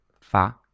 fa